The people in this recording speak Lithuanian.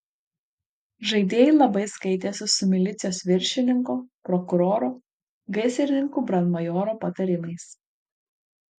žaidėjai labai skaitėsi su milicijos viršininko prokuroro gaisrininkų brandmajoro patarimais